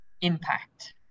impact